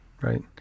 Right